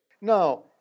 Now